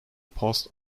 post